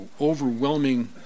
overwhelming